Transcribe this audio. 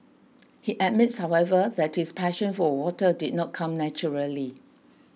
he admits however that his passion for water did not come naturally